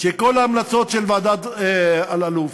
שכל ההמלצות של ועדת אלאלוף,